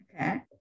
Okay